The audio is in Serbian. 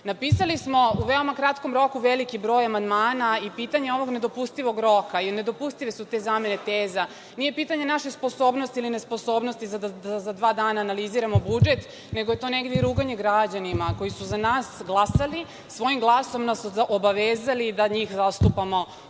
smo u veoma kratkom roku veliki broj amandmana i pitanje ovog nedopustivog roka i nedopustive su te zamene teza. Nije pitanje naše sposobnosti ili nesposobnosti da za dva dana analiziramo budžet nego je to negde i ruganje građanima koji su za nas glasali, svojim glasom nas obavezali da njih zastupamo ovde